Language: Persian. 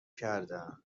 کردم